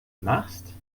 machst